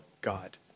God